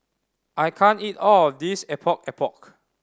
I can't eat all of this Epok Epok